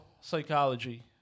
psychology